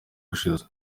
ushize